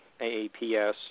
AAPS